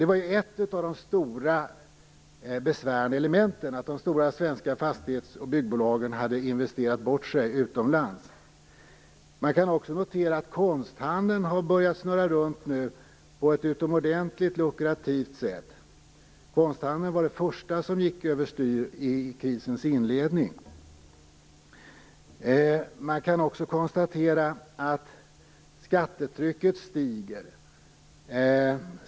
Det var ett av de stora, besvärande elementen att de stora svenska fastighets och byggbolagen hade investerat bort sig utomlands. Man kan också notera att konsthandeln nu har börjat snurra runt på ett utomordentligt lukrativt sätt. Konsthandeln var det första som gick över styr i krisens inledning. Man kan vidare konstatera att skattetrycket stiger.